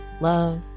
love